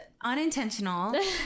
unintentional